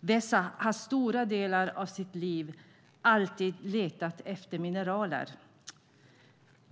Vesa har under stora delar av sitt liv letat efter mineraler.